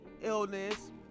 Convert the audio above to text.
illness